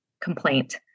complaint